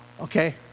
Okay